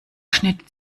schnitt